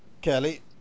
Kelly